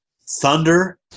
Thunder